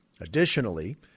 Additionally